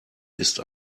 ist